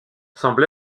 semble